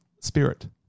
spirit